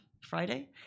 friday